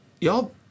Y'all